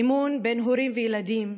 אמון בין הורים וילדים,